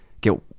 get